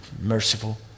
merciful